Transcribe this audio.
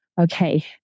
okay